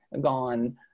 gone